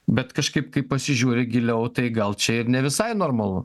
bet kažkaip kai pasižiūri giliau tai gal čia ir ne visai normalu